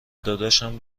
داداشم